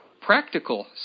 practical